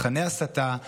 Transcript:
תוכני הסתה,